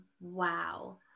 wow